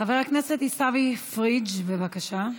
חבר הכנסת עיסאווי פריג', בבקשה.